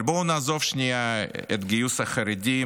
אבל בואו נעזוב שנייה את גיוס החרדים,